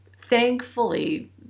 thankfully